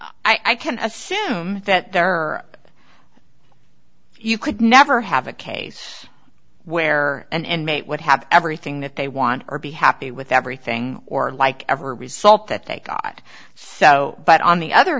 well i can assume that there are you could never have a case where an end mate would have everything that they want or be happy with everything or like every result that they got so but on the other